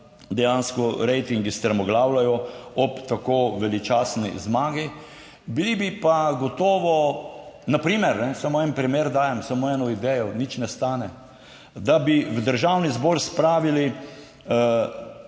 dejansko ratingi strmoglavljajo ob tako veličastni zmagi, bili bi pa gotovo na primer, samo en primer, dajem samo eno idejo. Nič ne stane, da bi v Državni zbor spravili